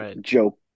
joke